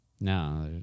No